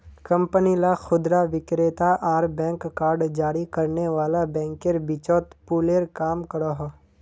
company ला खुदरा विक्रेता आर बैंक कार्ड जारी करने वाला बैंकेर बीचोत पूलेर काम करोहो